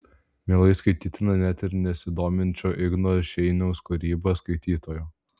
mielai skaitytina net ir nesidominčio igno šeiniaus kūryba skaitytojo